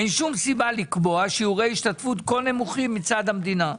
אין שום סיבה לקבוע שיעורי השתתפות כה נמוכים מצד המדינה.